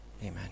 amen